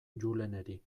juleneri